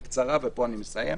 בקצרה, ופה אני מסיים.